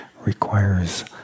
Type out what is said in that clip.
requires